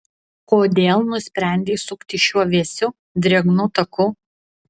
kodėl nusprendei sukti šiuo vėsiu drėgnu taku